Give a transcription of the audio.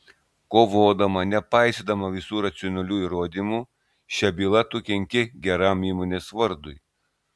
kovodama nepaisydama visų racionalių įrodymų šia byla tu kenki geram įmonės vardui